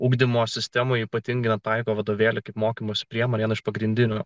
ugdymo sistemoje ypatingai taiko vadovėlį kaip mokymosi priemonė iš pagrindinių